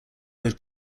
good